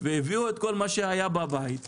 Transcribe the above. והביאו את כל מה שהיה בבית וכולי,